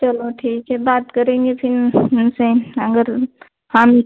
चलो ठीक है बात करेंगे फिर उनसे अगर हम